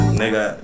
nigga